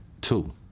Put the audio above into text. two